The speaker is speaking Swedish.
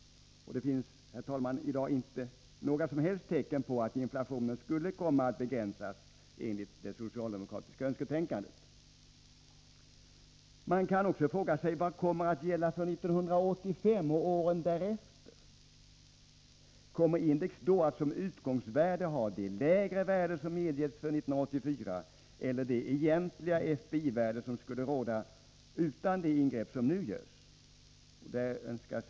Och det finns i dag inga tecken på att inflationen skulle komma att begränsas enligt det socialdemokratiska önsketänkandet. Man kan också fråga sig: Vad kommer att gälla för 1985 och åren därefter? Kommer index då att såsom utgångsvärde ha det lägre värde som medgivits för 1984 eller det egentliga FPI-värde som skulle råda utan det ingrepp som nu görs?